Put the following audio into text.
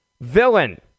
villain